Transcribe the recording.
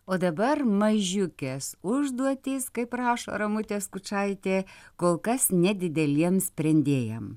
o dabar mažiukės užduotys kaip rašo ramutė skučaitė kol kas nedideliems sprendėjam